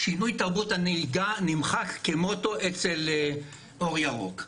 שינוי תרבות הנהיגה נמחק כמוטו אצל אור ירוק.